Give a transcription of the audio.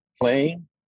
playing